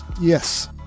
Yes